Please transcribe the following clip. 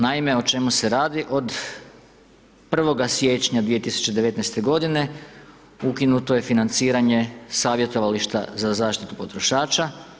Naime, o čemu se radi, od 1. siječnja 2019.-te godine ukinuto je financiranje Savjetovališta za zaštitu potrošača.